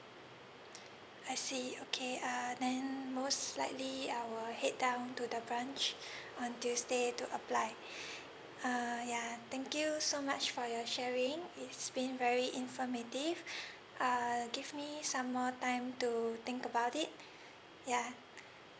I see okay uh then most likely I will head down to the branch on tuesday to apply uh yeah thank you so much for your sharing it's been very informative uh give me some more time to think about it yeah